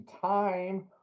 time